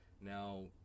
now